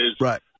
Right